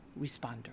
responder